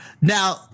now